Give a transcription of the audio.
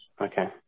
okay